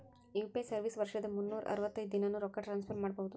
UPI service ವರ್ಷದ್ ಮುನ್ನೂರ್ ಅರವತ್ತೈದ ದಿನಾನೂ ರೊಕ್ಕ ಟ್ರಾನ್ಸ್ಫರ್ ಮಾಡ್ಬಹುದು